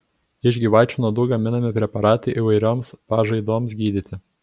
iš gyvačių nuodų gaminami preparatai įvairioms pažaidoms gydyti